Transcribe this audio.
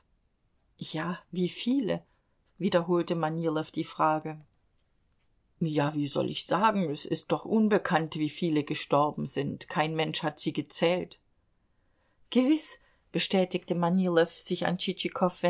ja wie viele wiederholte manilow die frage ja wie soll ich es sagen es ist doch unbekannt wie viele gestorben sind kein mensch hat sie gezählt gewiß bestätigte manilow sich an